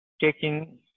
taking